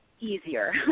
easier